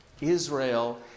Israel